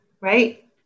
right